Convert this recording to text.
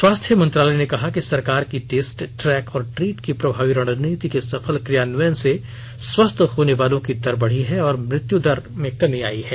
स्वास्थ्य मंत्रालय ने कहा कि सरकार की टेस्ट ट्रैक और ट्रीट की प्रभावी रणनीति के सफल क्रियान्वयन से स्वस्थ होने वालों की दर बढी है और मृत्यु दर में कमी आई है